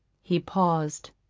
he paused.